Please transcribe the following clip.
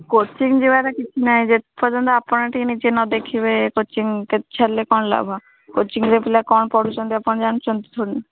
coaching ଯିବାର କିଛି ନାହିଁ ଯେତେ ପର୍ଯ୍ୟନ୍ତ ଆପଣ ଟିକେ ନିଜେ ନ ଦେଖିବେ କୋଚିଙ୍ଗ କେତେ ଛାଡ଼ିଲେ କ'ଣ ଲାଭ କୋଚିଙ୍ଗରେ ପିଲା କ'ଣ ପଢ଼ୁଛନ୍ତି ଆପଣ ଜାଣିଛନ୍ତି ଥୋଡ଼ି